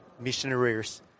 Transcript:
missionaries